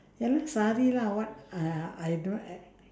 ya lah sari lah what I I I don't e~